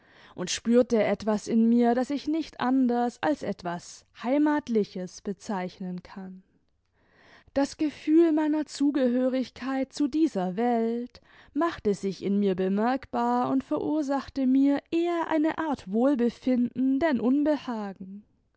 und spürte etwas in nur das ich nicht anders als etwas heimatliches bezeichnen kann das gefühl meiner zugehörigkeit zu dieser welt machte sich in mir bemerkbar und verursachte mir eher eine art wohlbefinden denn unbehagen